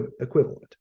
equivalent